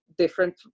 Different